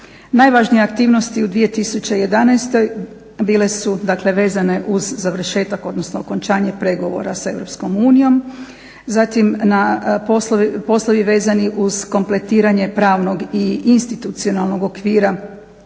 Najvažnije aktivnosti u 2011. bile su, dakle vezane uz završetak, odnosno okončanje pregovora sa EU, zatim na poslovi vezani uz kompletiranje pravnog i institucionalnog okvira za